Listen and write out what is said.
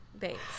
Thanks